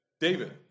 David